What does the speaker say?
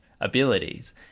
abilities